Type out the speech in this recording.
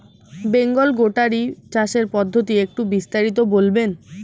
বেঙ্গল গোটারি চাষের পদ্ধতি একটু বিস্তারিত বলবেন?